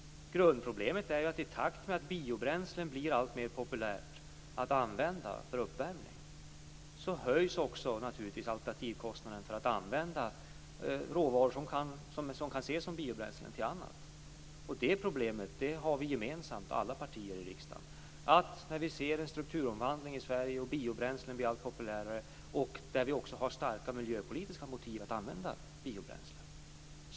Grundproblemet är att i takt med att biobränslen blir alltmer populära att använda för uppvärmning höjs naturligtvis alternativkostnaden för att använda råvaror som kan ses som biobränslen till annat. Det problemet har vi gemensamt alla partier i riksdagen. Vi ser en strukturomvandling i Sverige, och biobränslen blir allt populärare. Vi har också starka miljöpolitiska motiv att använda biobränslen.